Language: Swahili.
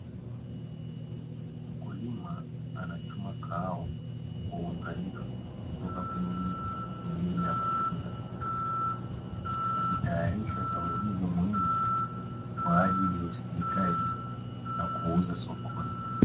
Mkulima anachuma kahawa kwa uangalifu kutoka kwenye miti ya matunda, akitayarisha zao hilo muhimu kwa ajili ya usindikaji na kuuza sokoni.